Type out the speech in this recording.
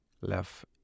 left